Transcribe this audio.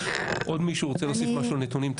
עוד מישהו רוצה להוסיף משהו על נתונים?